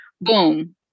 Boom